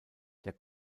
der